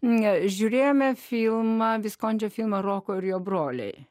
nes žiūrėjome filmą viskončio filmo roko ir jo broliai